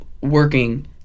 working